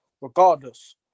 regardless